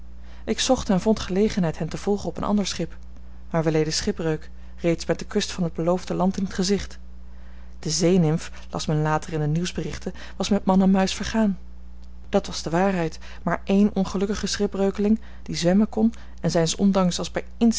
ik zocht en vond gelegenheid hen te volgen op een ander schip maar wij leden schipbreuk reeds met de kust van het beloofde land in t gezicht de zeenimf las men later in de nieuwsberichten was met man en muis vergaan dat was de waarheid maar één ongelukkige schipbreukeling die zwemmen kon en zijns ondanks als bij